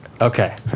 Okay